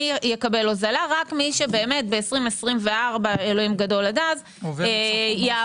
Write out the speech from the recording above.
מי יקבל הוזלה רק מי שב-2024 - אלוקים גדול עד אז יעבור